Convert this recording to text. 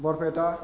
Barpeta